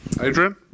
Adrian